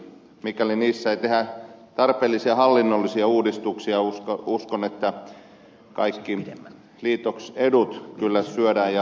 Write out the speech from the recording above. mikäli niissä ei tehdä tarpeellisia hallinnollisia uudistuksia uskon että kaikki edut kyllä syödään ja porkkanarahat menevät